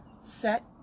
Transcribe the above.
set